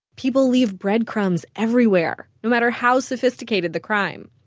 people leave bread crumbs everywhere, no matter how sophisticated the crime.